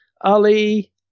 Ali